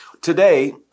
Today